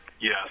Yes